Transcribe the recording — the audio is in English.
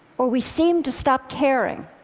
or we seem to stop caring.